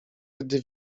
gdy